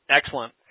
Excellent